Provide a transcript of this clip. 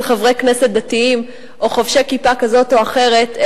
חברי כנסת דתיים או חובשי כיפה כזאת או אחרת,